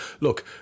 look